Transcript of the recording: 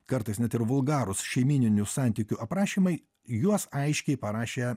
kartais net ir vulgarūs šeimyninių santykių aprašymai juos aiškiai parašė